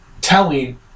telling